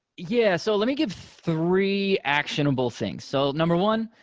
yeah. so let me give three actionable things. so number one,